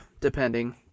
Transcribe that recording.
depending